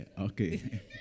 okay